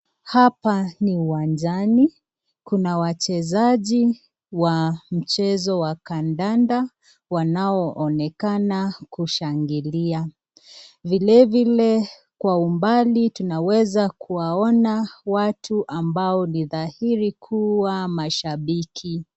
Hapa ni uwanjani kuna wachezaji wa mchezo wa kandanda wanaoonekana kushangilia. Vile vile kwa umbali tunaweza kuwaona watu ambao ni dhahiri kuwa mashabiki.